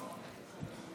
הסתייגות 3 לא נתקבלה.